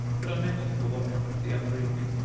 but i meant it for what happened the other evening.